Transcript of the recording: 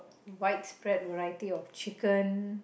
widespread variety of chicken